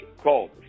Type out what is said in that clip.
called